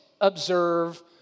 observe